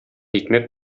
икмәк